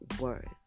words